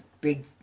big